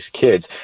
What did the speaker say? kids